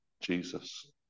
Jesus